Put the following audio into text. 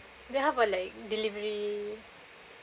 they have what like delivery